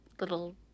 little